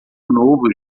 novo